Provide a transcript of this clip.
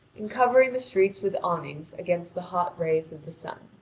in covering the streets with awnings against the hot rays of the sun.